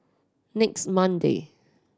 next Monday